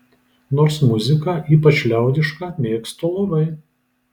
nors muziką ypač liaudišką mėgstu labai